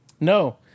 No